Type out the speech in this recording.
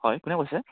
হয় কোনে কৈছে